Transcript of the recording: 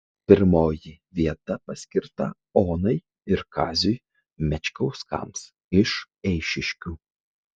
pirmoji vieta paskirta onai ir kaziui mečkauskams iš eišiškių